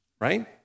right